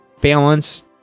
balance